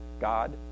God